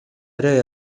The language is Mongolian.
арай